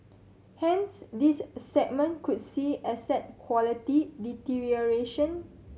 hence this segment could see asset quality deterioration